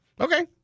Okay